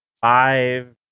five